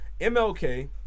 MLK